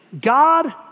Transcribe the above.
God